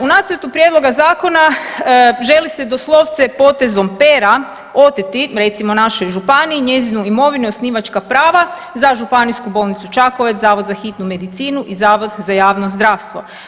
U nacrtu prijedloga zakona želi se doslovce potezom pera oteti, recimo, našoj županiji njezinu imovinu i osnivačka prava za Županijsku bolnicu Čakovec, Zavod za hitnu medicinu i Zavod za javno zdravstvo.